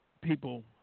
people